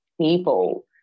people